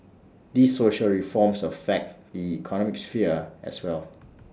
these social reforms affect the economic sphere as well